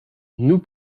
nous